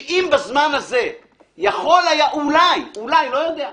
שאם בזמן הזה יכול היה אולי, לא יודע,